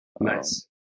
Nice